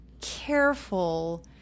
careful